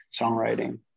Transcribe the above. songwriting